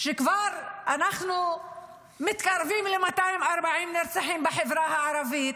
אנחנו כבר מתקרבים ל-240 נרצחים בחברה הערבית.